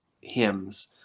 hymns